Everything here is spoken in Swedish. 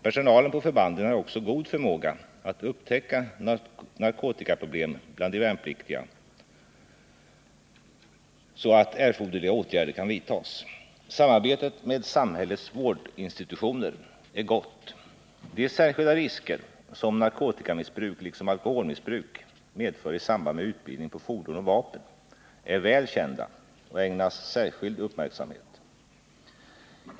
Personalen på förbanden har också god förmåga att upptäcka narkotikaproblem bland de värnpliktiga så att erforderliga åtgärder kan vidtas. Samarbetet med samhällets vårdinstitutioner är gott. De särskilda risker som narkotikamissbruk, liksom alkoholmissbruk, medför i samband med utbildning på fordon och vapen är väl kända och ägnas särskild uppmärksamhet.